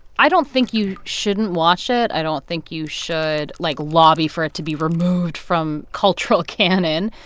i don't think you shouldn't watch it. i don't think you should, like, lobby for it to be removed from cultural canon.